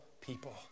people